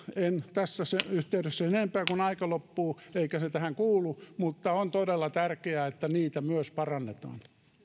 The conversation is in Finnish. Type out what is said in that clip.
en tässä yhteydessä sen enempää kun aika loppuu eikä se tähän kuulu mutta on todella tärkeää että niitä myös parannetaan